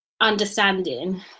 understanding